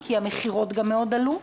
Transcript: כי המכירות גם מאוד עלו,